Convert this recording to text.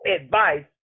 advice